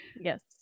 Yes